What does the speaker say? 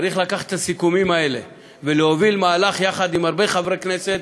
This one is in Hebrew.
צריך לקחת את הסיכומים האלה ולהוביל מהלך יחד עם הרבה חברי כנסת.